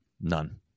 None